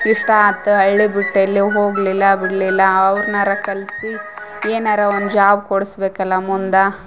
ಇಷ್ಟ ಆತು ಹಳ್ಳಿ ಬುಟ್ ಎಲ್ಲಿ ಹೋಗಲಿಲ್ಲ ಬಿಡಲಿಲ್ಲ ಅವ್ರ್ನಾರ ಕಲಿಸಿ ಏನಾರ ಒಂದು ಜಾಬ್ ಕೊಡ್ಸ್ಬೇಕಲ್ಲ ಮುಂದಾ